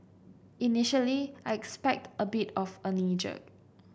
initially I expect a bit of a knee jerk